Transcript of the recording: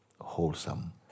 wholesome